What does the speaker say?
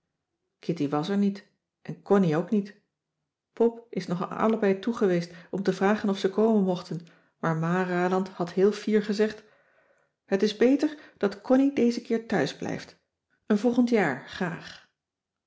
kitty was er niet en connie ook niet pop is nog naar allebei toegeweest om te vragen of ze komen mochten maar ma raland had heel fier gezegd het is beter dat connie dezen keer thuis blijft een volgend jaar graag